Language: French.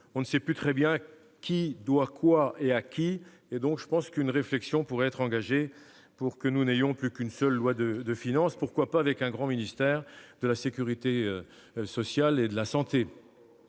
on ne sait plus très bien qui doit quoi et à qui. À mon sens, une réflexion pourrait être engagée pour n'avoir plus qu'une seule loi de finances, avec- pourquoi pas ? -un grand ministère de la sécurité sociale et de la santé.